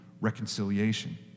reconciliation